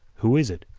who is it?